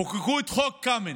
חוקקו את חוק קמיניץ,